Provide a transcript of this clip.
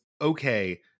Okay